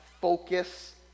focus